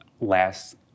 last